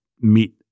meet